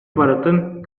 барытын